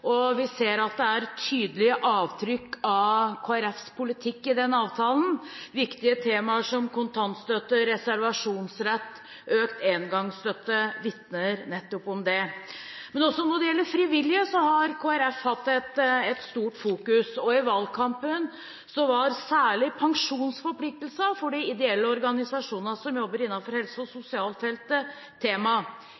side. Vi ser at det er tydelige avtrykk av Kristelig Folkepartis politikk i den avtalen. Viktige temaer som kontantstøtte, reservasjonsrett og økt engangsstøtte vitner nettopp om det. Også de frivillige har Kristelig Folkeparti fokusert mye på. I valgkampen var særlig pensjonsforpliktelsene for de ideelle organisasjonene som jobber innenfor helse- og